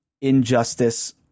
injustice